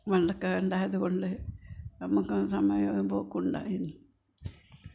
പണ്ടൊക്കെ ഉണ്ടായത് കൊണ്ട് നമുക്ക് സമയമാവുമ്പോൾ ഒക്കെ ഉണ്ടായിരുന്നു